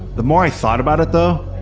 the more i thought about it though,